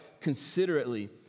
considerately